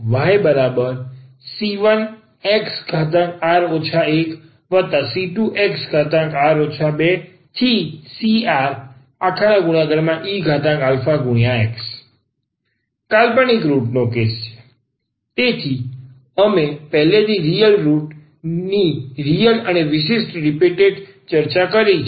yc1xr 1c2xr 2creαx કાલ્પનિક રુટનો કેસ છે તેથી અમે પહેલાથી જ રીયલ રુટ ની રીયલ અને વિશિષ્ટ રીપીટેટ ચર્ચા કરી છે